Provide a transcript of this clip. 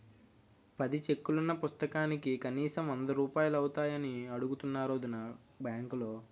పది చెక్కులున్న పుస్తకానికి కనీసం వందరూపాయలు అవుతాయని అడుగుతున్నారు వొదినా బాంకులో